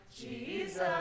Jesus